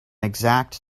exact